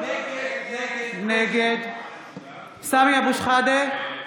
נגד סמי אבו שחאדה,